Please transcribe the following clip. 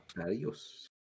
Adios